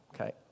Okay